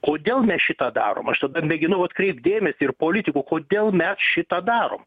kodėl mes šitą darom aš tada mėginau atkreipt dėmesį ir politikų kodėl mes šitą darom